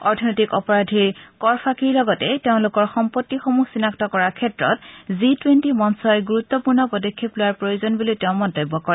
অৰ্থনৈতিক অপৰাধীৰ কৰফাকিৰ লগতে তেওঁলোকৰ সম্পত্তিসমূহ চিনাক্ত কৰাৰ ক্ষেত্ৰত জি টুৱেণ্টি মঞ্চই গুৰুত্বপূৰ্ণ পদক্ষেপ লোৱাৰ প্ৰয়োজন বুলিও তেওঁ মন্তব্য কৰে